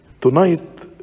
Tonight